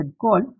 call